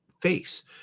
face